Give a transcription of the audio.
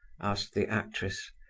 asked the actress.